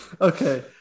Okay